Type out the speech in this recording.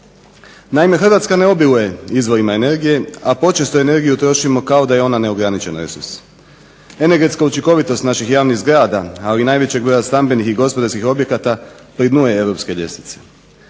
Naime, Hrvatska ne obiluje izvorima energije, a počesto energiju trošimo kao da je ona neograničen resurs. Energetska učinkovitost naših javnih zgrada, ali i najvećeg broja stambenih i gospodarskih objekata pri dnu je europske ljestvice.